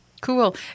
Cool